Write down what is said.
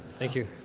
thank you.